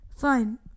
Fine